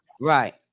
Right